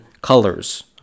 colors